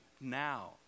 now